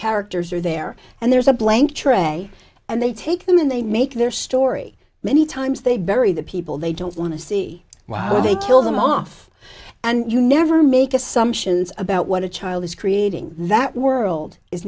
characters are there and there's a blank tray and they take them and they make their story many times they bury the people they don't want to see while they kill them off and you never make assumptions about what a child is creating that world is